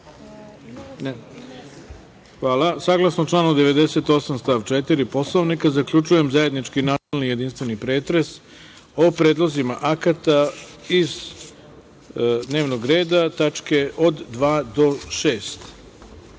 (Ne.)Hvala. Saglasno članu 98. stav 4. Poslovnika, zaključujem zajednički načelni i jedinstveni pretres o predlozima akata iz dnevnog reda, tačke od dva